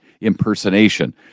impersonation